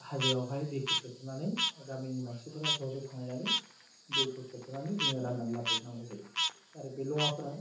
हाजोआवहाय दैखौ थेथ'नानै गामिनि मानसिफोरा ज' ज' थांलायनानै दैखौ थेबथानानै जोङो राननानै लाफैनांगौ जायो आरो बे लङाफोरा